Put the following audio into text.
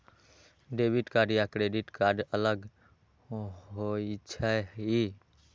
Debit card या credit card अलग होईछ ई?